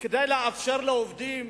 כדי לאפשר לעובדים